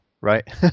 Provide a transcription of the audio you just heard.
right